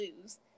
lose